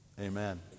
Amen